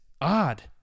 Odd